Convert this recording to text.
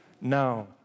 Now